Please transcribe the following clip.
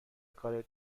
کارت